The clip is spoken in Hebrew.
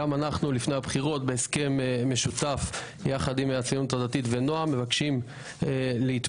גם אנחנו לפי הסכם משותף עם "הציונות הדתית" ו"נעם" מבקשים להתפלג